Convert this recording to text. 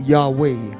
Yahweh